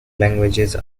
languages